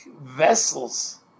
vessels